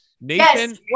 Nathan